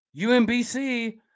UMBC